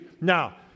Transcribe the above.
Now